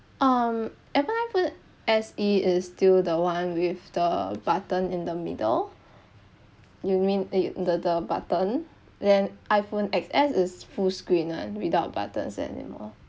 um apple iphone s e is still the one with the button in the middle you mean it the the button then iphone x s is full screen [one] without buttons anymore